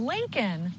Lincoln